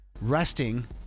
resting